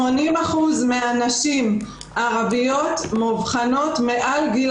80% מהנשים הערביות מאובחנות מעל גיל